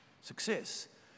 success